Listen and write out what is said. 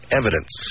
evidence